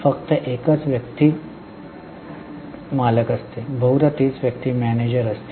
फक्त एकच व्यक्ती मालक आहे बहुधा तीच व्यक्ती मॅनेजर असते